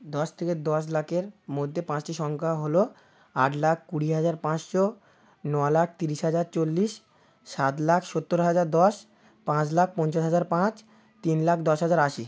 দশ থেকে দশ লাখের মধ্যে পাঁচটি সংখ্যা হলো আট লাখ কুড়ি হাজার পাঁচশো ন লাখ তিরিশ হাজার চল্লিশ সাত লাখ সত্তর হাজার দশ পাঁচ লক্ষ পঞ্চাশ হাজার পাঁচ তিন লাখ দশ হাজার আশি